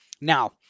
Now